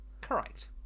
Correct